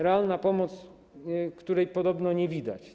Realna pomoc, której podobno nie widać.